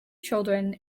children